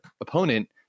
opponent